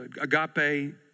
agape